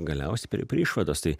galiausiai prie išvados tai